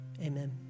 amen